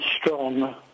strong